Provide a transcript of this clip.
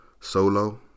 solo